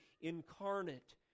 incarnate